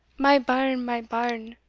my bairn! my bairn!